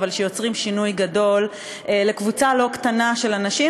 אבל שיוצרים שינוי גדול לקבוצה לא קטנה של אנשים,